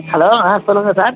hello ஆ சொல்லுங்கள் sir